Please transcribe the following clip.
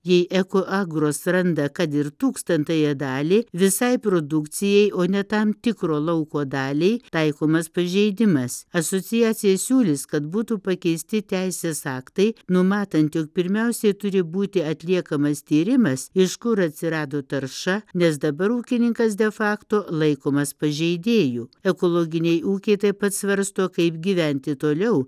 jei ekoagros randa kad ir tūkstantąją dalį visai produkcijai o ne tam tikro lauko daliai taikomas pažeidimas asociacija siūlys kad būtų pakeisti teisės aktai numatant jog pirmiausiai turi būti atliekamas tyrimas iš kur atsirado tarša nes dabar ūkininkas de fakto laikomas pažeidėju ekologiniai ūkiai taip pat svarsto kaip gyventi toliau